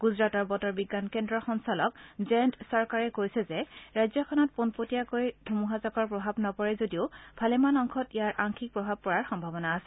গুজৰাটৰ বতৰ বিজ্ঞান কেন্দ্ৰৰ সঞ্চালক জয়ন্ত চৰকাৰে কৈছে যে ৰাজ্যখনত পোনপটীয়াকৈ ধুমুহাজাকৰ প্ৰভাৱ নপৰে যদিও ভালেমান অংশত ইয়াৰ আংশিক প্ৰভাৱ পৰাৰ সম্ভাৱনা আছে